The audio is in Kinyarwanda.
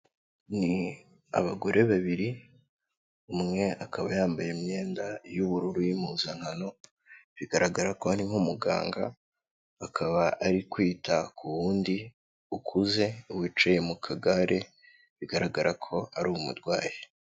Ni abagore babiri, umwe akaba yambaye imyenda y'ubururu y'impuzankano, bigaragara ko ari nk'umuganga, akaba ari kwita ku wundi ukuze wicaye mu kagare, bigaragara ko ari umurwayi.